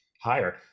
higher